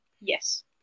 Yes